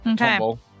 Okay